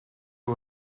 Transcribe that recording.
est